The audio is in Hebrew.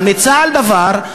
ממליצה על דבר,